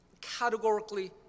categorically